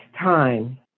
time